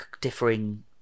differing